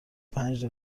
پنج